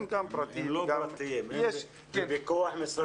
הם לא פרטיים, הם בפיקוח משרד החינוך.